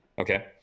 Okay